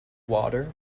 water